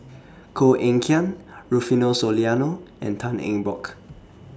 Koh Eng Kian Rufino Soliano and Tan Eng Bock